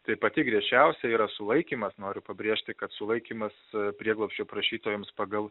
tai pati griežčiausia yra sulaikymas noriu pabrėžti kad sulaikymas prieglobsčio prašytojams pagal